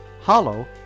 Hollow